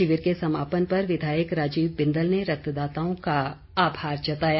शिविर के समापन पर विधायक राजीव बिंदल ने रक्तदाताओं का आभार जताया